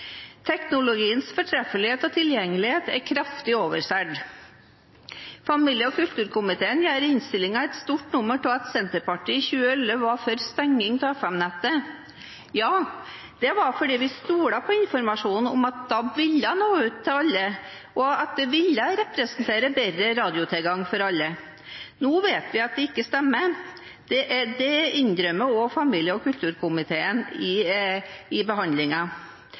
Teknologiens fortreffelighet og tilgjengelighet er kraftig oversolgt. Familie- og kulturkomiteen gjør i innstillingen et stort nummer av at Senterpartiet i 2011 var for stenging av FM-nettet. Ja, det var fordi vi stolte på informasjonen om at DAB ville nå ut til alle, og at det ville representere bedre radiotilgang for alle. Nå vet vi at det ikke stemmer. Det innrømmer også familie- og kulturkomiteen i behandlingen. Da mener jeg Stortinget gjør klokt i